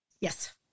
Yes